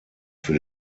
für